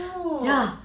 !whoa!